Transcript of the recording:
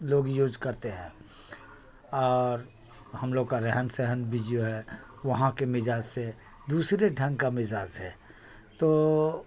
لوگ یوز کرتے ہیں اور ہم لوگ کا رہن سہن بھی جو ہے وہاں کے مزاج سے دوسرے ڈھنگ کا مزاج ہے تو